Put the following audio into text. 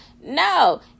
No